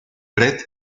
brett